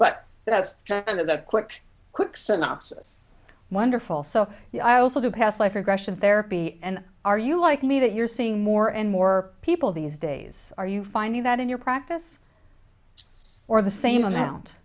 but that's kind of that quick quick synopsis wonderful so i also do past life regression therapy and are you like me that you're seeing more and more people these days are you finding that in your practice or the same amount